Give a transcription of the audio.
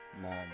Mom